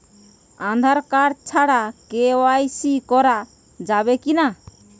Aadhaar card ছাড়া কে.ওয়াই.সি করা যাবে কি না?